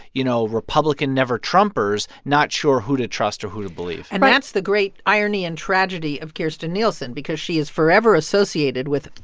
you know, republican never trumpers, not sure who to trust or who to believe and that's the great irony and tragedy of kirstjen nielsen because she is forever associated with,